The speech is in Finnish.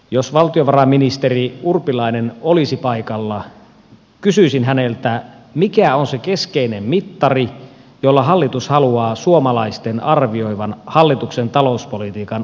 jos valtiovarainministeri urpilainen olisi paikalla kysyisin häneltä mikä on se keskeinen mittari jolla hallitus haluaa suomalaisten arvioivan hallituksen talouspolitiikan onnistumista